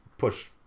push